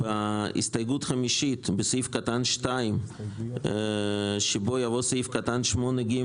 בהסתייגות חמישית בסעיף קטן (2) שבו יבוא סעיף קטן (8ג)